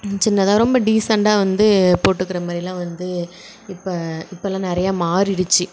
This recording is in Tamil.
சின்னதாக ரொம்ப டீசண்டாக வந்து போட்டுக்கிற மாரிலாம் வந்து இப்போ இப்பெல்லாம் நிறையா மாறிடுச்சு